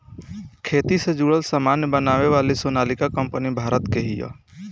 खेती से जुड़ल सामान बनावे वाली सोनालिका कंपनी भारत के हिय